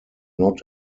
not